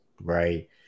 right